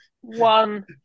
one